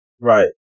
right